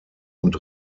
und